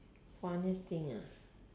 funniest thing ah